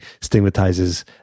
stigmatizes